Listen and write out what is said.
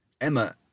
Emma